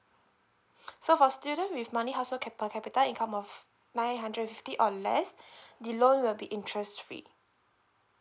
so for student with money household cap~ per capita income of nine hundred and fifty or less the loan will be interest free